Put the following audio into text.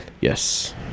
Yes